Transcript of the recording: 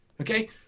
okay